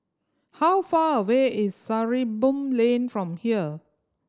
how far away is Sarimbun Lane from here